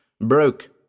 broke